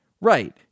Right